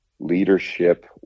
leadership